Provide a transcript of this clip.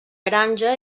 granja